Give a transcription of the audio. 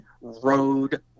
road